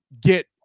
get